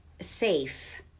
safe